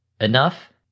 enough